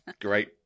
great